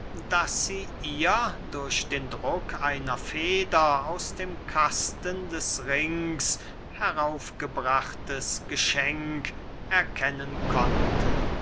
daß sie ihr durch den druck einer feder aus dem kasten des rings heraufgebrachtes geschenk erkennen konnte